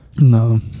No